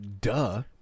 duh